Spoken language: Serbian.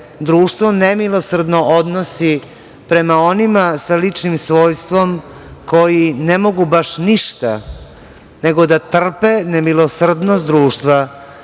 društvo nemilosrdno odnosi prema onima sa ličnim svojstvom koji ne mogu baš ništa nego da trpe nemilosrdnost društva